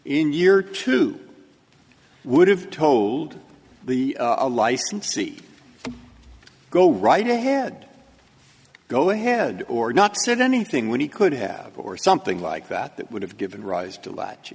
in year too i would have told the a licensee go right ahead go ahead or not said anything when he could have or something like that that would have given rise to latch